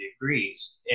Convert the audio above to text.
degrees